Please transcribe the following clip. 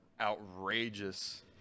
outrageous